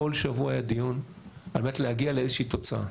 כל שבוע היה דיון על מנת להגיע לאיזושהי תוצאה,